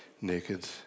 naked